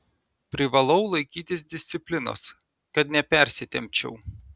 privalau laikytis disciplinos kad nepersitempčiau